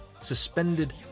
suspended